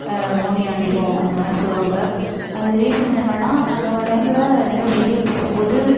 முனி அண்டிவிடும் அந்த மாதிரிலாம் சொல்லுவாங்க அது ரீஸன் என்னென்னா அந்த மாதிரி டைமில் இந்த மாதிரி வெளியே போகும் போது